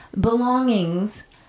belongings